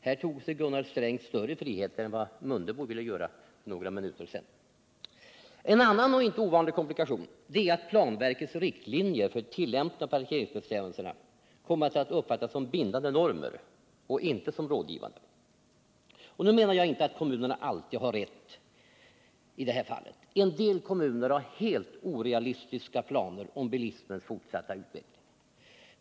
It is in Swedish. Här tog sig Gunnar Sträng större frihet än vad Ingemar Mundebo gjorde för några minuter sedan. En annan, inte ovanlig, komplikation är att planverkets riktlinjer för tillämpningen av parkeringsbestämmelserna kommit att uppfattas som bindande normer och inte som rådgivande. Nu menar jag inte att kommunerna i detta sammanhang alltid har rätt. En del kommuner har helt orealistiska planer för bilismens fortsatta utveckling.